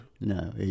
No